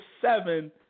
seven